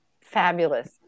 Fabulous